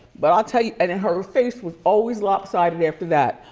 but i'll tell you, and and her face was always lop-sided after that.